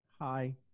Hi